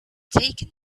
taken